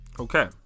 Okay